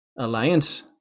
Alliance